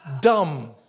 dumb